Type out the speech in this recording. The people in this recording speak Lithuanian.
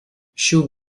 šių